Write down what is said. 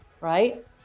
right